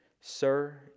Sir